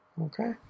Okay